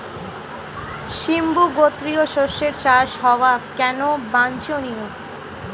সিম্বু গোত্রীয় শস্যের চাষ হওয়া কেন বাঞ্ছনীয়?